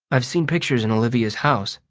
i've seen pictures in olivia's house.